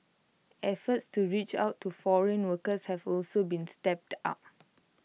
efforts to reach out to foreign workers have also been stepped up